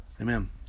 Amen